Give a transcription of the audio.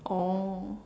oh